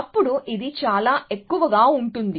అప్పుడు ఇది చాలా ఎక్కువగా ఉంటుంది